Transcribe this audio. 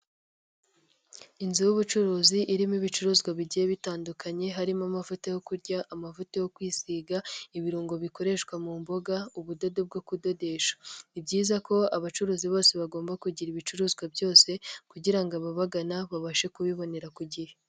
Inzu y'ubucuruzi, irimo ibicuruzwa bigiye bitandukanye, harimo amavuta yo kurya, amavuta yo kwisiga, ibirungo bikoreshwa mu mboga, ubudodo bwo kudodesha. Ni byiza ko abacuruzi bose bagomba kugira ibicuruzwa byose kugira ababagana babashe kubibonera ku gihe.